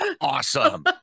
awesome